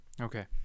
okay